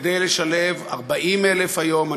כדי לשלב 40,000 היום,